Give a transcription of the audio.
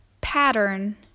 pattern